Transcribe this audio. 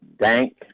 dank